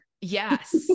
Yes